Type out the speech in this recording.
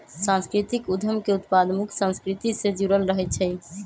सांस्कृतिक उद्यम के उत्पाद मुख्य संस्कृति से जुड़ल रहइ छै